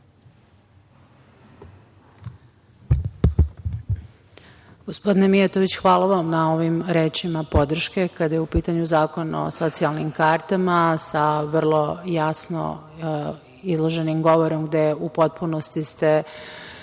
Gospodine Mijatović, hvala vam na ovim rečima podrške kada je u pitanju Zakon o socijalnim kartama, sa vrlo jasno izloženim govorom gde ste u potpunosti